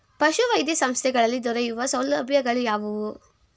ಪಶುವೈದ್ಯ ಸಂಸ್ಥೆಗಳಲ್ಲಿ ದೊರೆಯುವ ಸೌಲಭ್ಯಗಳು ಯಾವುವು?